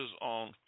on